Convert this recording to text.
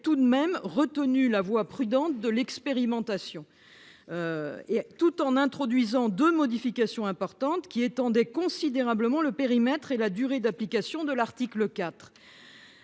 tout de même retenu la voie prudente de l'expérimentation, tout en introduisant deux modifications importantes, qui étendaient considérablement le périmètre et la durée d'application de l'article 4.